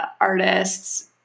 artists